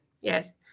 Yes